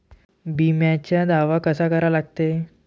बिम्याचा दावा कसा करा लागते?